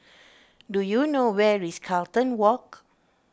do you know where is Carlton Walk